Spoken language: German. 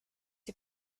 die